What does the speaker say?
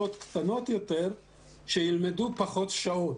התחדשות וזהות יהודית של ועדת החינוך,